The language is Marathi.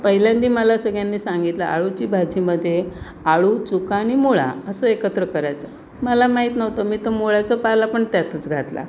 पहिल्यांदा मला सगळ्यांनी सांगितलं अळूची भाजीमध्ये अळू चुका आणि मुळा असं एकत्र करायचं मला माहीत नव्हतं मी तर मुळ्याचं पाला पण त्यातच घातला